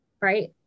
right